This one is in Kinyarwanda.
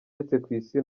isi